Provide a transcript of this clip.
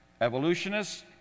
evolutionists